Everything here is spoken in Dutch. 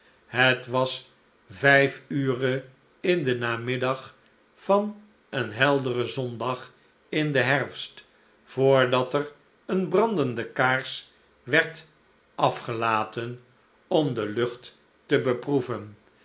het was vijf ure in den nanliddag van een helderen zondag in den herfst voordat er eene brandeude kaars werd afgelaten om de lucht te beproeven